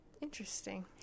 interesting